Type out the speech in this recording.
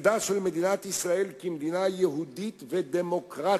עתידה של מדינת ישראל כמדינה יהודית ודמוקרטית,